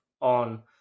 on